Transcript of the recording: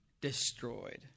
destroyed